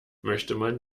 möchte